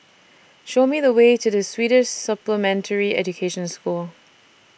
Show Me The Way to The Swedish Supplementary Education School